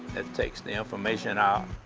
it takes the information out,